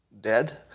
dead